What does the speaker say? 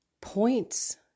points